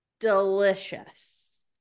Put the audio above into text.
delicious